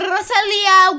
Rosalia